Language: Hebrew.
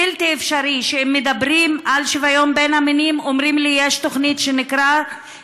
בלתי אפשרי שכשמדברים על שוויון בין המינים אומרים לי: יש תוכנית שנקראת